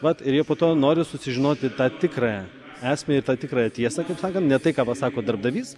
vat ir jie po to nori susižinoti tą tikrąją esmę ir tą tikrąją tiesą kaip sakant ne tai ką pasako darbdavys